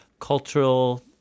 cultural